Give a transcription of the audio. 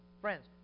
Friends